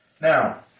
Now